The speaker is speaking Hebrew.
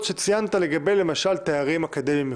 שציינת לגבי תארים אקדמיים מחו"ל,